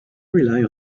rely